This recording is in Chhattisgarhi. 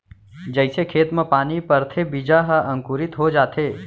जइसे खेत म पानी परथे बीजा ह अंकुरित हो जाथे